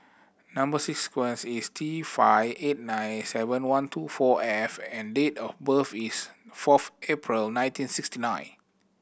number sequence is T five eight nine seven one two four F and date of birth is fourth April nineteen sixty nine